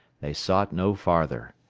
they sought no farther.